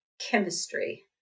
chemistry